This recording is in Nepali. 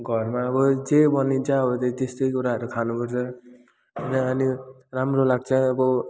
घरमा अब जे बनिन्छ अब त्यस्तै कुराहरू खानुपर्छ अनि राम्रो लाग्छ अब